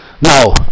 Now